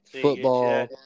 football